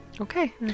Okay